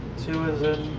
two is in.